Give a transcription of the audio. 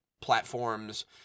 platforms